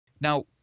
Now